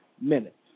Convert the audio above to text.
minutes